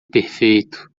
perfeito